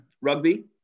Rugby